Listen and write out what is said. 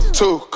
two